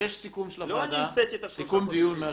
לא אני המצאתי את השלושה